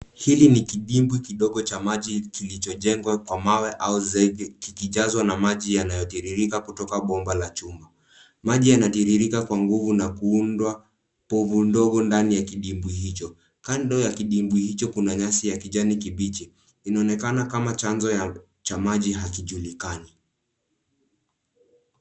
Hili ni kidimbwi kidogo cha maji kilichojengwa kwa mawe au zege kikijazwa na maji yanayo tiririka kutoka bomba la chuma. Maji yanatiririka kwa nguvu na kuunda povu ndogo ndani ya kidimbwi hicho. Kando ya kidimbwi hicho kuna nyasi ya kijani kibichi. Inaonekana kama chanzo cha maji hakijulikani.